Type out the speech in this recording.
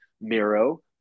Miro